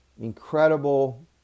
incredible